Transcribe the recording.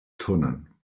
turnen